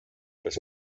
was